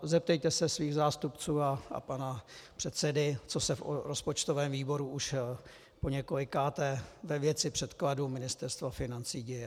Zeptejte se svých zástupců a pana předsedy, co se v rozpočtovém výboru už poněkolikáté ve věci předkladů Ministerstva financí děje.